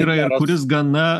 yra ir kuris gana